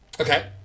Okay